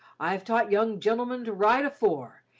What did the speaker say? i've taught young gen'lemen to ride afore,